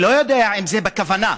אני לא יודע אם זה בכוונה,